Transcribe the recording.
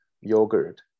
yogurt